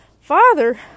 father